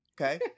Okay